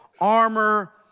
armor